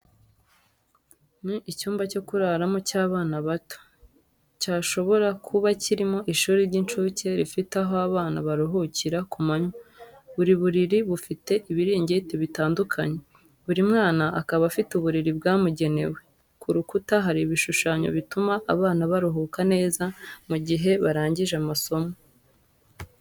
Ni icyumba cyo kuraramo cy’abana bato, cyashobora kuba kirimo ishuri ry’incuke rifite aho abana baruhukira ku manywa, buri buriri bufite ibiringiti bitandukanye, buri mwana akaba afite uburiri bwamugenewe. Ku rukuta hari ibishushanyo bituma abana baruhuka neza mu gihe barangije amasomo.